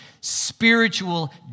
spiritual